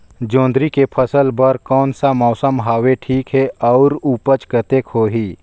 जोंदरी के फसल बर कोन सा मौसम हवे ठीक हे अउर ऊपज कतेक होही?